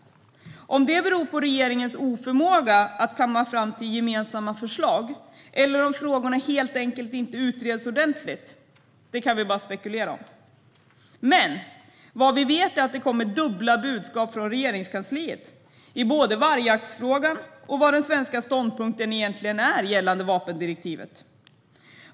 Om det beror på regeringens oförmåga att komma fram till gemensamma förslag eller om frågorna helt enkelt inte utreds ordentligt kan vi bara spekulera om. Vad vi vet är att det kommer dubbla budskap från Regeringskansliet i vargjaktsfrågan samt om vilken den svenska ståndpunkten egentligen är gällande vapendirektivet.